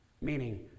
Meaning